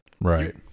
Right